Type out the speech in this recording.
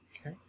Okay